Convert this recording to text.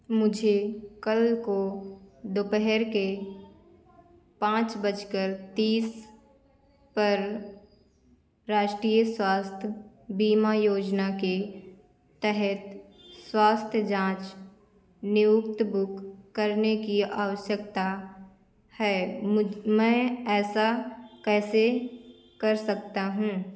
मुझे कल को दोपहर के पाँच बज कर तीस पर राष्ट्रीय स्वास्थ्य बीमा योजना के तहत स्वास्थ्य जाँच नियुक्त बुक करने की आवश्यकता है मैं ऐसा कैसे कर सकता हूँ